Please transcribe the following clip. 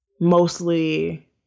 mostly